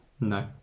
No